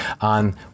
on